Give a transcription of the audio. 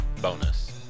Bonus